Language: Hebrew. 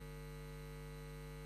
הישיבה הישיבה הבאה תתקיים ביום שלישי,